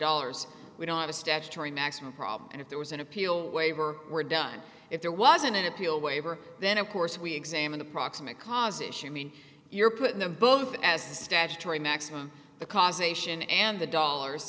dollars we don't have a statutory maximum problem and if there was an appeal waiver were done if there wasn't an appeal waiver then of course we examine the proximate cause issue mean you're putting them both as a statutory maximum the cause ation and the dollars